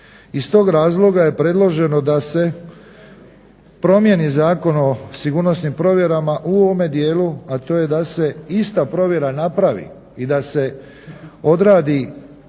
Iz tog razloga je predloženo da se promijeni Zakon o sigurnosnim provjerama u ovom dijelu, a to je da se ista provjera napravi i da se odradi provjera